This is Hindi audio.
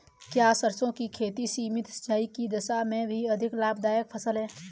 क्या सरसों की खेती सीमित सिंचाई की दशा में भी अधिक लाभदायक फसल है?